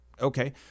Okay